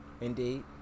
Indeed